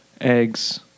eggs